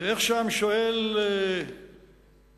איך שם שואל שייקספיר: